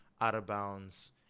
out-of-bounds